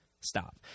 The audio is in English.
Stop